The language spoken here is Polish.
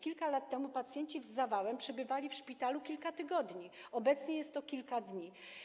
Kilka lat temu pacjenci z zawałem przebywali w szpitalu kilka tygodni, obecnie jest to kilka dni.